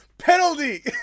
Penalty